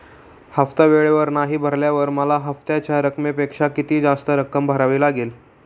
हफ्ता वेळेवर नाही भरल्यावर मला हप्त्याच्या रकमेपेक्षा किती जास्त रक्कम भरावी लागेल?